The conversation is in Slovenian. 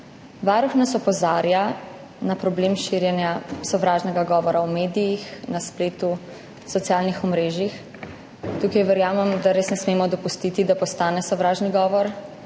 Varuh nas opozarja na problem širjenja sovražnega govora v medijih, na spletu, socialnih omrežjih. Tukaj verjamem, da res ne smemo dopustiti, da postane sovražni govor